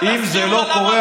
אתה יודע מה,